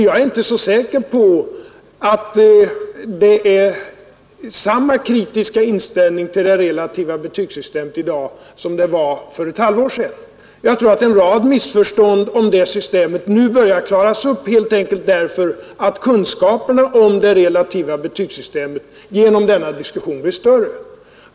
Jag är inte så säker på att man i dag hyser samma kritiska inställning till det relativa betygssystemet som för ett halvt år sedan. Jag tror att en rad missförstånd om det systemet nu börjar klaras upp därför att kunskaperna om det relativa betygssystemet genom denna diskussion blir större.